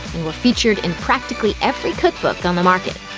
and were featured in practically every cookbook on the market.